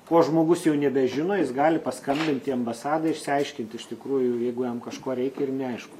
ko žmogus jau nebežino jis gali paskambinti į ambasadą išsiaiškinti iš tikrųjų jeigu jam kažko reikia ir neaišku